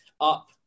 up